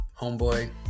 homeboy